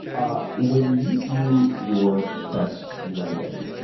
ah when you do your best writing,